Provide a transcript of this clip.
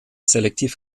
selektiv